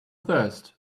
thirst